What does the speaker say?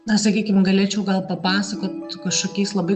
na sakykim galėčiau gal papasakot kažkokiais labai